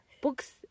books